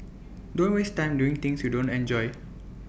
don't waste time doing things you don't enjoy